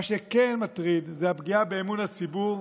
מה שכן מטריד זה הפגיעה באמון הציבור